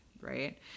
right